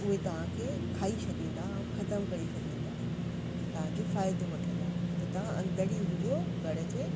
उहे तव्हां खे खाई छॾींदा ऐं ख़तमु करे छॾींदा तव्हां जो फ़ाइदो वठंदा त तव्हां अंदरि ई हुज जो घर जे